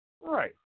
Right